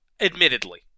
admittedly